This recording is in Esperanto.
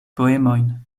poemojn